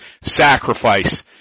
sacrifice